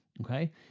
Okay